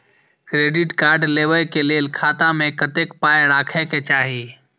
Credit card लेबै के लेल खाता मे कतेक पाय राखै के चाही?